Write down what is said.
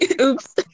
Oops